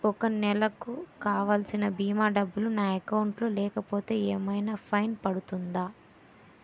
ఒక నెలకు కావాల్సిన భీమా డబ్బులు నా అకౌంట్ లో లేకపోతే ఏమైనా ఫైన్ పడుతుందా?